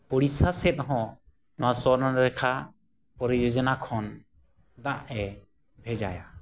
ᱩᱲᱤᱥᱥᱟ ᱥᱮᱫᱦᱚᱸ ᱱᱚᱣᱟ ᱥᱚᱨᱱᱚ ᱨᱮᱠᱷᱟ ᱯᱚᱨᱤ ᱡᱳᱡᱚᱱᱟ ᱠᱷᱚᱱ ᱫᱟᱜ ᱮ ᱵᱷᱮᱡᱟᱭᱟ